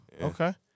Okay